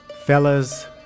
Fellas